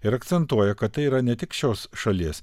ir akcentuoja kad tai yra ne tik šios šalies